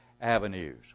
avenues